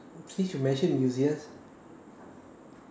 since you mention museums